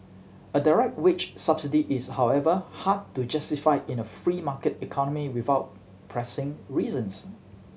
a direct wage subsidy is however hard to justify in a free market economy without pressing reasons